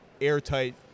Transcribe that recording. airtight